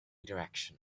direction